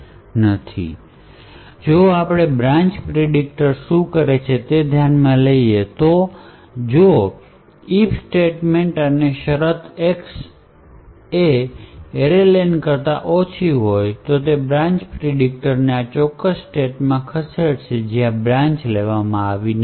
તેથી જો આપણે બ્રાન્ચ પ્રિડિકટર શું કરશે તે ધ્યાનમાં લઈશું તો જો if સ્ટેટમેંટ અને શરત X કરતા array len ઓછી છે તે બ્રાન્ચ પ્રિડિકટર ને આ ચોક્કસ સ્ટેટમાં ખસેડશે જ્યાં બ્રાન્ચ લેવામાં આવી નથી